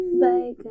bye